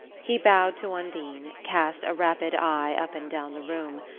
he bowed to undine, cast a rapid eye up and down the room,